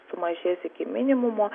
sumažės iki minimumo